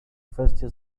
kwestię